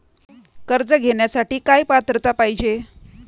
कर्ज घेण्यासाठी काय पात्रता पाहिजे?